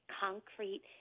concrete